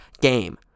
game